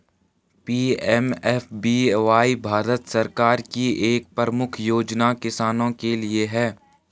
PMFBY Bharat सरकार की एक प्रमुख योजना किसानों के लिए है